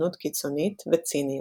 ספקנות קיצונית וציניות.